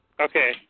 Okay